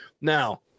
Now